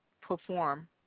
perform